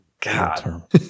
God